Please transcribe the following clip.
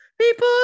People